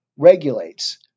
regulates